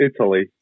Italy